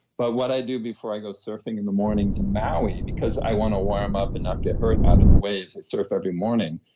but what i do before i go surfing in the mornings in maui, because i want to warm up and not get hurt out in the waves i surf every morning,